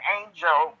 angel